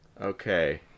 Okay